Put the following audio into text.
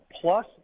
plus